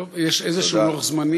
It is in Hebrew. טוב, יש איזשהו לוח זמנים?